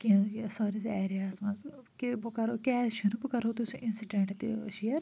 کیٚنٛہہ ٲں science area ہَس منٛز کہِ بہٕ کَرٕہو کیٛازِ چھِنہٕ بہٕ کَرٕہو تۄہہِ سُہ اِنسِڈیٚنٛٹ تہِ شیر